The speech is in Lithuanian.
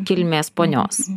kilmės ponios